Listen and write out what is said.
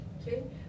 Okay